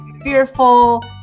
fearful